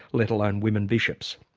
let alone women bishops.